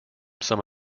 some